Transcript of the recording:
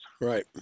Right